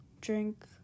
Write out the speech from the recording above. drink